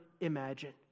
imagine